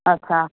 अच्छा